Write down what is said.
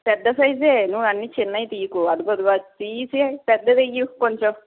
పెద్ద సైజే నువ్వు అన్ని చిన్నవి తీయకు అదిగదిగో అది తీసి పెద్దది ఇవ్వు కొంచెం